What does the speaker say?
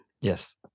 Yes